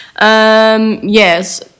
Yes